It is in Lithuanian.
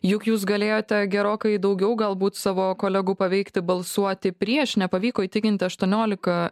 juk jūs galėjote gerokai daugiau galbūt savo kolegų paveikti balsuoti prieš nepavyko įtikinti aštuoniolika